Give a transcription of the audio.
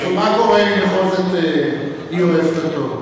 ומה קורה אם בכל זאת היא אוהבת אותו?